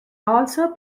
also